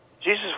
Jesus